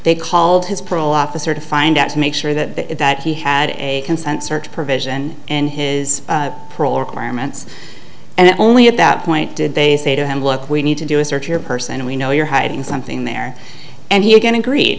they called his parole officer to find out to make sure that that he had a consent search provision in his parole requirements and only at that point did they say to him look we need to do a search your person we know you're hiding something there and he again agreed